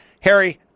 Harry